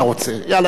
יאללה, אין בעיה.